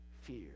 fear